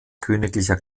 königlicher